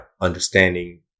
understanding